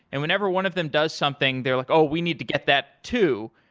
and whenever one of them does something, they're like, oh, we need to get that too.